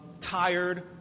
tired